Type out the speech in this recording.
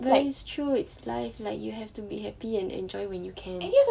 that is true it's life like you have to be happy and enjoy when you can